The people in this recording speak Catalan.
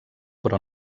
però